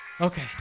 okay